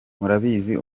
murabizi